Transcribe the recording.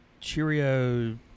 Cheerio